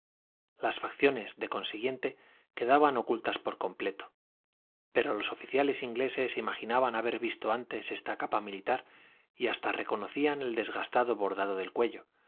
las facciones de consiguiente quedaban ocultas por completo pero los oficiales ingleses imaginaban haber visto antes esta capa militar y hasta reconocían el desgastado bordado del cuello